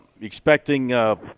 expecting –